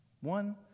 One